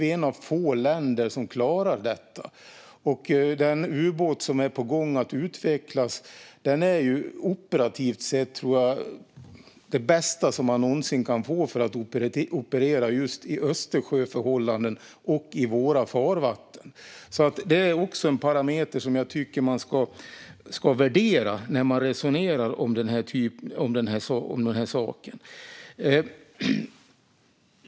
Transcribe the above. Vi är ett av få länder som klarar detta, och den ubåt som är på gång att utvecklas är operativt sett, tror jag, det bästa som man någonsin kan få för att operera just i Östersjöförhållanden och i våra farvatten. Även det är en parameter som jag tycker att man ska värdera när man resonerar om den här saken.